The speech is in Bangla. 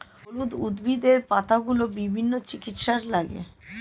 হলুদ উদ্ভিদের পাতাগুলো বিভিন্ন চিকিৎসায় লাগে